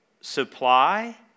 supply